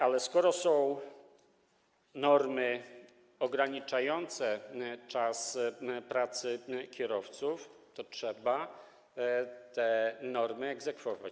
Ale skoro są normy ograniczające czas pracy kierowców, to trzeba te normy egzekwować.